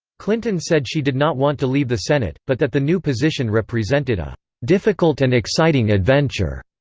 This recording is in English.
clinton said she did not want to leave the senate, but that the new position represented a difficult and exciting adventure.